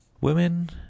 Women